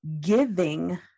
giving